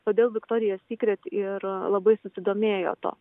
todėl viktorija sykret ir labai susidomėjo tuo